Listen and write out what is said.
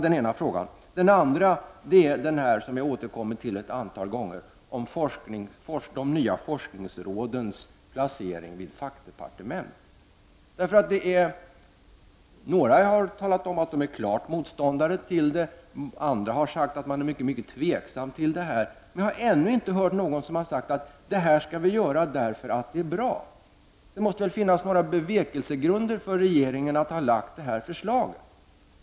Den andra frågan, som jag har återkommit till ett antal gånger, handlar om de nya forskningsrådens placering vid fackdepartement. Några har talat om att de är klara motståndare till detta, andra har sagt att de är mycket tveksamma. Jag har ännu inte hört någon säga att vi skulle göra detta för att det är bra. Det måste finnas några bevekelsegrunder för att regeringen har lagt fram detta förslag.